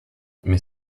mais